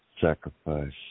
Sacrifice